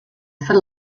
for